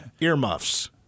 earmuffs